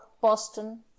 boston